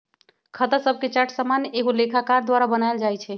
खता शभके चार्ट सामान्य एगो लेखाकार द्वारा बनायल जाइ छइ